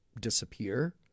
disappear